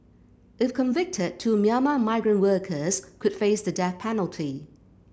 if convicted two Myanmar migrant workers could face the death penalty